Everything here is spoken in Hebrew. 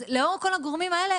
אז לאור כל הגורמים האלה,